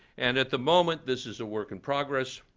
and at the moment, this is a work in progress.